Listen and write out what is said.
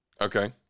Okay